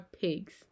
pigs